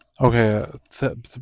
Okay